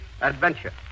Adventure